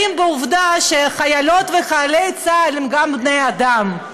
בעובדה שחיילות וחיילי צה"ל הם גם בני אדם,